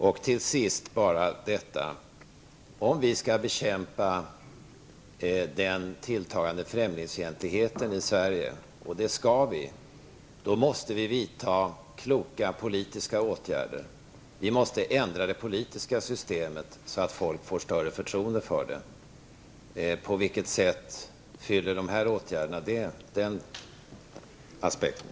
Till sist vill jag bara säga följande. Om vi skall bekämpa den tilltagande främlingsfientligheten i Sverige, och det skall vi göra, måste vi vidta kloka politiska åtgärder. Vi måste ändra det politiska systemet så att folk får större förtroende för detsamma. Hur påverkar de här åtgärderna från den aspekten?